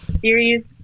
series